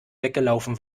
weggelaufen